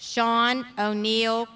sean o'neil